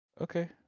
Okay